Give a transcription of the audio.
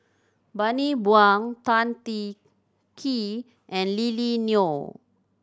Bani Buang Tan Teng Kee and Lily Neo